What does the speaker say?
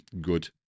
good